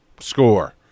score